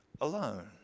alone